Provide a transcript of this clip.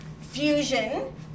Fusion